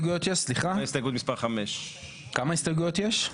הסתייגות מספר 5. כמה הסתייגויות יש?